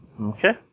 Okay